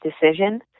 decision